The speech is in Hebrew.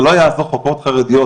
זה לא יעזור חוקרות חרדיות,